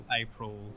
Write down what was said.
April